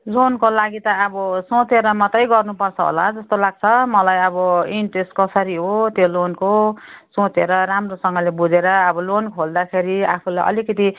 लोनको लागि त अब सोचेर मात्रै गर्नुपर्छ होला जस्तो लाग्छ मलाई अब इन्ट्रेस कसरी हो त्यो लोनको सोचेर राम्रोसँगले बुझेर अब लोन खोल्दाखेरि आफूलाई अलिकति